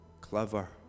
clever